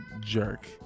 jerk